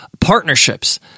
partnerships